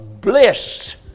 Bliss